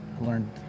learned